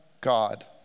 God